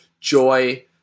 joy